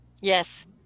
Yes